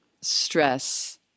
stress